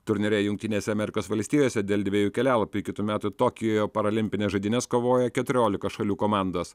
turnyre jungtinėse amerikos valstijose dėl dviejų kelialapių į kitų metų tokijo paralimpines žaidynes kovoja keturiolika šalių komandos